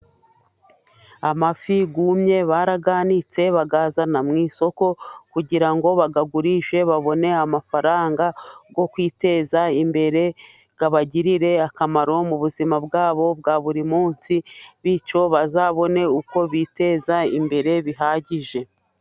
Amafi yumye baraganitse bayazana mu isoko, kugira ngo bayagurishe babone amafaranga yo kwiteza imbere, abagirire akamaro mu buzima bwabo bwa buri munsi, bityo bazabone uko biteza imbere bihagije.